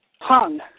hung